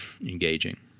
engaging